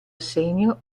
assegno